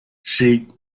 shaikh